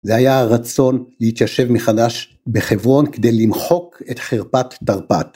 זה היה הרצון להתיישב מחדש בחברון, כדי למחוק את חרפת תרפ"ט.